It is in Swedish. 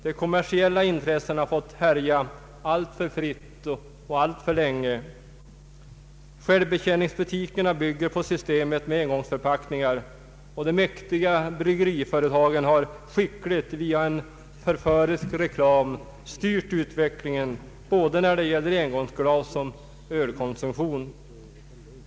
De kommersiella intressena har fått härja alltför fritt och alltför länge. Självbetjäningsbutikerna bygger på systemet med engångsförpackningar, och de mäktiga bryggeriföretagen har skickligt via en förförisk reklam styrt utvecklingen både när det gäller engångsglas och ölkonsumtion.